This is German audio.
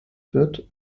wird